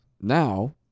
now